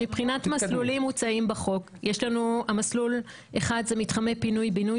מבחינת מסלולים מוצעים בחוק מסלול אחד הוא מתחמי פינוי-בינוי,